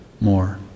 more